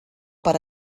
per